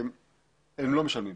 הם לא משלמים.